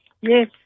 Yes